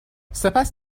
سپس